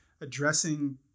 addressing